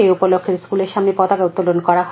এই উপলক্ষ্যে স্কুলের সামনে পতাকা উত্তোলন করা হয়